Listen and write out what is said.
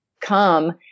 come